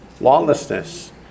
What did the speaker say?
Lawlessness